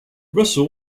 russell